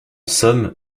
somme